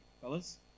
fellas